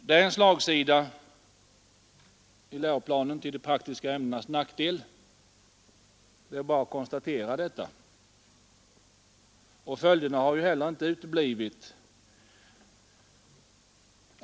Det är en slagsida i läroplanen till de praktiska ämnenas nackdel. Det är bara att konstatera detta. Följderna har heller inte uteblivit.